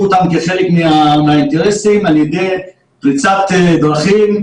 אותם כחלק מהאינטרסים על ידי פריצת דרכים,